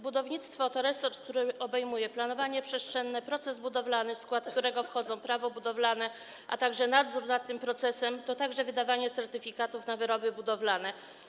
Budownictwo to resort, który obejmuje planowanie przestrzenne, proces budowlany, w skład którego wchodzą prawo budowlane i nadzór nad tym procesem, a także wydawanie certyfikatów na wyroby budowlane.